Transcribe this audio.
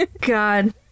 God